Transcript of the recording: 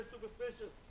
superstitious